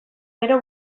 gero